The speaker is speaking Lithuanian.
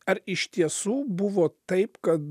ar iš tiesų buvo taip kad